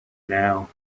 now